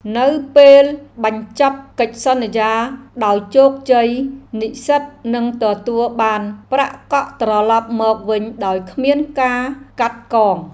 នៅពេលបញ្ចប់កិច្ចសន្យាដោយជោគជ័យ និស្សិតនឹងទទួលបានប្រាក់កក់ត្រឡប់មកវិញដោយគ្មានការកាត់កង។